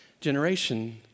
generation